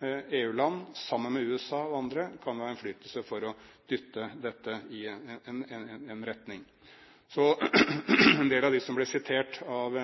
og sammen med USA og andre kan vi ha innflytelse for å dytte dette i en retning. Så en del av dem som ble sitert av